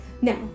now